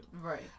Right